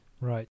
Right